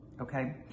okay